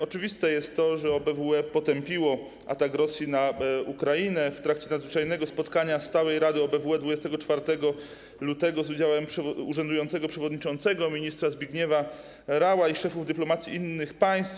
Oczywiste jest to, że OBWE potępiło atak Rosji na Ukrainę w trakcie nadzwyczajnego spotkania Stałej Rady OBWE 24 lutego z udziałem urzędującego przewodniczącego - ministra Zbigniewa Raua i szefów dyplomacji innych państw.